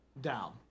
down